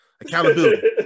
Accountability